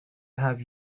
have